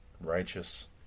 righteous